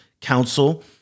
Council